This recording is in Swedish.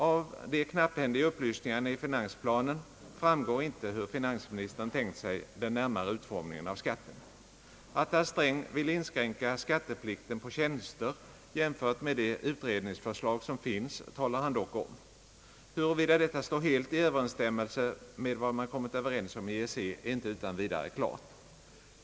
Av de knapphändiga upplysningarna 1 finansplanen framgår inte hur finansministern tänkt sig den närmare utformningen av skatten. Att herr Sträng vill inskränka skatteplikten för tjänster jämfört med de utredningsförslag som finns talar han dock om. Hurvida det ta står helt i överensstämmelse med vad man kommit överens om i EEC är inte utan vidare klart.